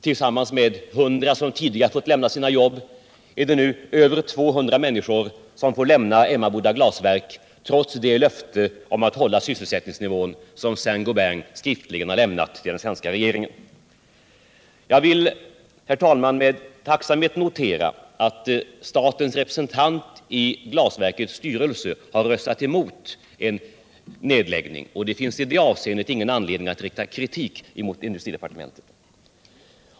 Tillsammans med de 100 som tidigare har fått lämna sina jobb blir det nu över 200 människor som får lämna Emmaboda Glasverk trots det löfte om att hålla Jag vill med tacksamhet notera att statens representant i glasverkets styrelse har röstat emot en nedläggning. Det finns i det avseendet ingen anledning att rikta kritik mot industridepartementet.